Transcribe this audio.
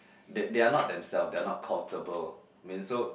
they they are not themselves they are not comfortable mean so